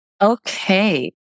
Okay